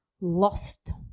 lost